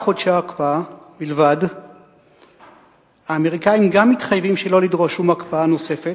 חודשי הקפאה בלבד האמריקנים גם מתחייבים שלא לדרוש שום הקפאה נוספת,